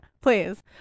please